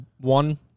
one